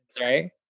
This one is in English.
right